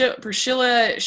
priscilla